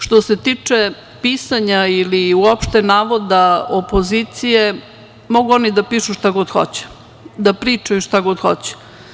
Što se tiče pisanja ili uopšte navoda opozicije, mogu oni da pišu šta god hoće, da pričaju šta god hoće.